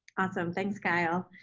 awesome, thanks kyle.